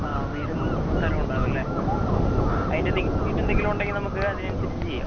ആ വീടും സ്ഥലവും ഉണ്ടാവും അല്ലേ അതിൻ്റെ നികുതിച്ചീട്ട് എന്തെങ്കിലും ഉണ്ടെങ്കിൽ നമുക്ക് അതിനനുസരിച്ച് ചെയ്യാം